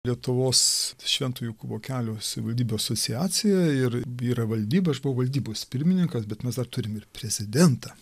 lietuvos švento jokūbo kelio savivaldybių asociaciją ir yra valdyba aš buvau valdybos pirmininkas bet mes dar turim ir prezidentą